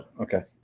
okay